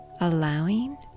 allowing